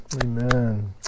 Amen